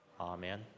Amen